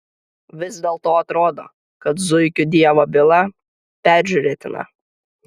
vis dėlto atrodo kad zuikių dievo byla peržiūrėtina